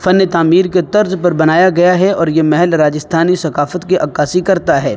فن تعمیر کے طرز پر بنایا گیا ہے اور یہ محل راجستھانی ثقافت کی عکاسی کرتا ہے